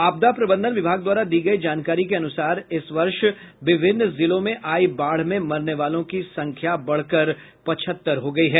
आपदा प्रबंधन विभाग द्वारा दी गयी जानकारी के अनुसार इस वर्ष विभिन्न जिलों में आयी बाढ़ में मरने वालों की संख्या बढ़कर पचहत्तर हो गयी है